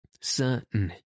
Certain